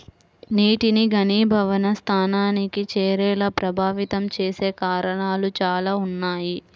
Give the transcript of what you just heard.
నీటిని ఘనీభవన స్థానానికి చేరేలా ప్రభావితం చేసే కారణాలు చాలా ఉన్నాయి